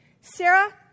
Sarah